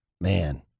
man